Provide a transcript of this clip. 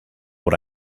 what